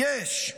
יש.